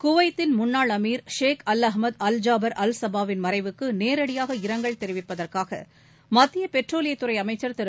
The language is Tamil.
குவைத்தின் முன்னாள் அமீர் Sheikh Al Ahmad Al Jaber Al Sabah வின் மறைவுக்கு நேரடியாக இரங்கல் தெரிவிப்பதற்காக மத்திய பெட்ரோலியத்துறை அமைச்சர் திரு